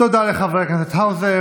תודה לחבר הכנסת האוזר.